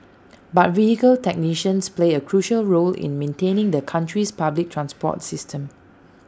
but vehicle technicians play A crucial role in maintaining the country's public transport system